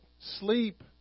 sleep